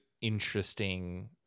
interesting